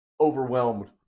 overwhelmed